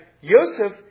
Yosef